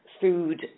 food